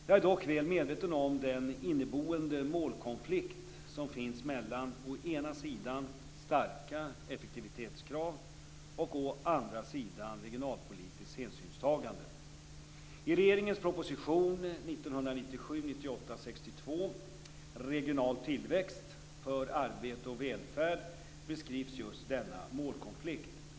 Jag är dock väl medveten om den inneboende målkonflikt som finns mellan å ena sidan starka effektivitetskrav och å andra sidan regionalpolitiskt hänsynstagande. I regeringens proposition 1997/98:62, Regional tillväxt - för arbete och välfärd, beskrivs just denna målkonflikt.